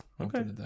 Okay